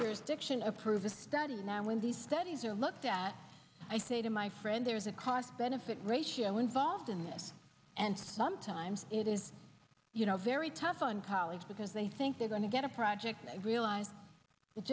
jurisdiction approve the study now when these studies are looked at i say to my friend there is a cost benefit ratio involved in this and sometimes it is you know very tough on college because they think they're going to get a project realized it